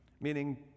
Meaning